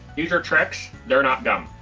these are tricks. they're not gum.